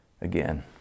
again